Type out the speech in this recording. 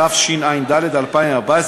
התשע"ד 2014,